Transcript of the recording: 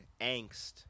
angst